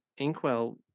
Inkwell